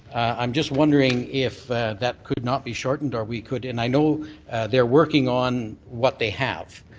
i'm just wondering if that could not be shortened or we could and i know they're working on what they have.